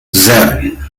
zero